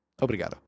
Obrigado